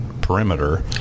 perimeter